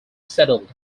settled